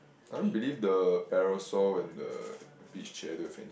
I don't believe the parasol and the beach chair they have